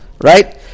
Right